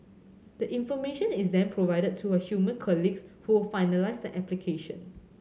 the information is then provided to her human colleagues who will finalise the application